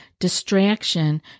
distraction